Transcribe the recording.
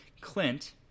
Clint